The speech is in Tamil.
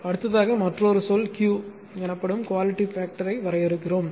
அடுத்ததாக மற்றொரு சொல் Q எனப்படும் குவாலிட்டி பேக்டர் வரையறுக்கிறோம்